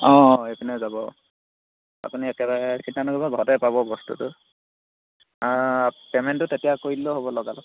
অঁ এইপিনে যাব আপুনি একেবাৰে চিন্তা নকৰিব ঘৰতে পাব বস্তুটো পেমেণ্টটো তেতিয়াই কৰি দিলেও হ'ব লগালগ